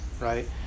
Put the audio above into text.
right